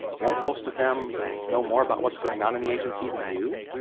won't most of them know more about what's going on in the agency than you?